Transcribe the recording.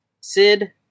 Sid